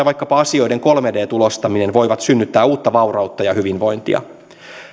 vaikkapa asioiden kolme d tulostaminen voivat synnyttää uutta vaurautta ja hyvinvointia